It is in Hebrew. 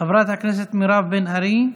חברת הכנסת מירב בן ארי,